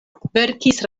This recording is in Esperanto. verkis